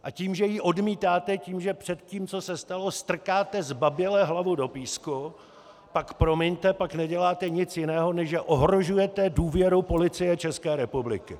A tím, že ji odmítáte, tím, že před tím, co se stalo, strkáte zbaběle hlavu do písku, pak, promiňte, pak neděláte nic jiného, než že ohrožujete důvěru Policie České republiky.